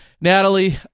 Natalie